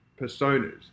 personas